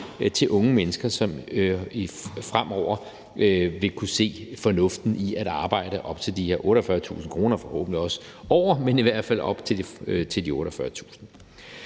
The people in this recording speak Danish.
til unge mennesker, som fremover vil kunne se fornuften i at arbejde op til de her 48.000 kr., forhåbentlig også over, men i hvert fald op til de 48.000 kr.